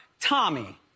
Tommy